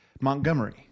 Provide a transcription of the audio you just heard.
Montgomery